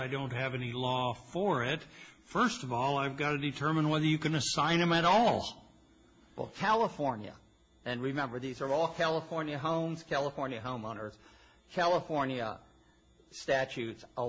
i don't have any law for it first of all i've got to determine whether you can assign him at all california and remember these are all california homes california homeowner california statutes